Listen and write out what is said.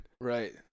Right